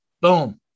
Boom